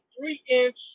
three-inch